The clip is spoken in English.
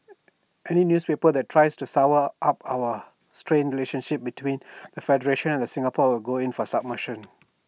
any newspaper that tries to sour up our strain relations between the federation and Singapore will go in for subversion